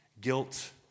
guilt